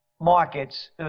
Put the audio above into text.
markets